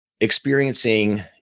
experiencing